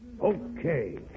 Okay